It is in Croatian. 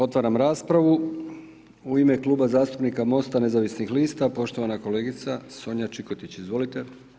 Otvaram raspravu u ime Kluba zastupnika MOSTA nezavisnih lista, poštovana kolegica Sonja Čikotić, izvolite.